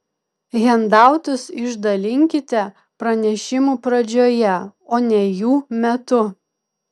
hendautus išdalinkite pranešimų pradžioje o ne jų metu